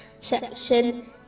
section